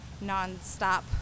non-stop